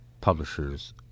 publishers